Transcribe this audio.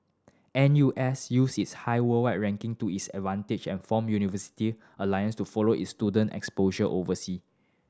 N U S use its high worldwide ranking to its advantage and formed university alliance to follow its student exposure oversea